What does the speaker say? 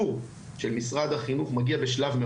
את אותו תקציב או אישור ראשוני על מנת